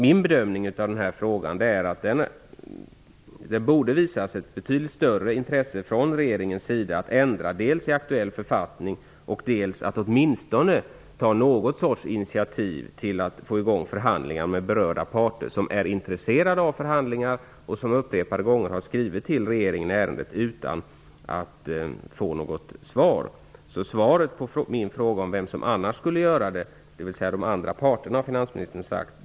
Min bedömning av den här frågan är att regeringen borde visa ett betydligt större intresse att dels ändra i aktuell författning, dels ta något slags initiativ för att få i gång förhandlingar med berörda parter. De är intresserade av förhandlingar. De har upprepade gånger skrivit till regeringen i ärendet utan att få något svar. Svaret på frågan om vem som annars skulle göra det var enligt finansministern de andra parterna.